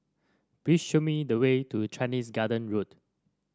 please show me the way to Chinese Garden Road